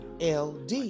LD